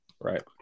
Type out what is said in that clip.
Right